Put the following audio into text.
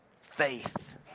faith